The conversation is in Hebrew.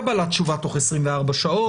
קבלת תשובה תוך 24 שעות,